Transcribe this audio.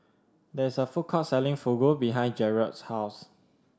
there is a food court selling Fugu behind Jarrod's house